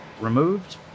removed